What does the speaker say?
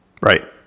Right